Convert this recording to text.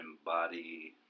embody